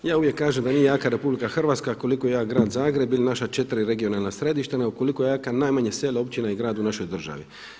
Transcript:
Ja uvijek kažem da nije jaka RH koliko jedan grad Zagreb ili naša četiri regionalna središta, nego koliko je jaka najmanje selo, općina i grad u našoj državi.